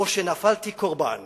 או שנפלתי קורבן